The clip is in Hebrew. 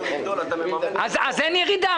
אז אין ירידה.